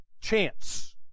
chance